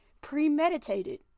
premeditated